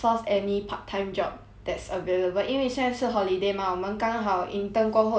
that's available 因为现在是 holiday mah 我们刚好 intern 过后有 free 两个月这样 mah